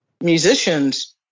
musicians